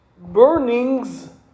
burnings